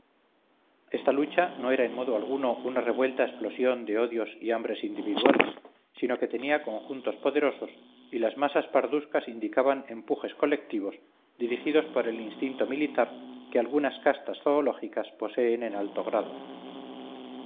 esta lucha no era en modo alguno una revuelta explosión de odios y hambres individuales sino que tenía conjuntos poderosos y las masas parduscas indicaban empujes colectivos dirigidos por el instinto militar que algunas castas zoológicas poseen en alto grado